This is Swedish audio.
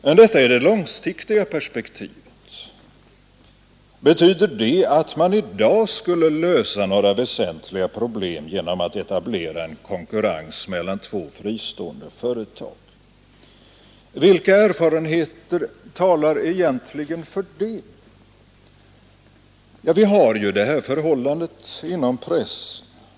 Men detta är det långsiktiga perspektivet. Betyder det att man i dag skulle lösa några väsentliga problem genom att etablera en konkurrens mellan två fristående företag? Vilka erfarenheter talar egentligen för det? Ja, vi har ju det här förhållandet inom pressen.